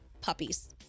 puppies